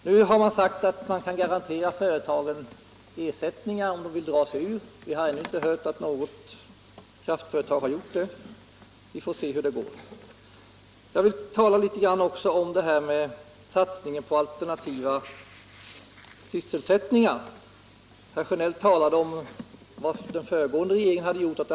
Nu har man sagt att de företag som vill dra sig ur kan garanteras ersättning. Jag har inte hört att något kraftföretag velat göra det. Vi får se hur det går. Herr Sjönell talade om vad den föregående regeringen gjort.